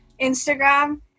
Instagram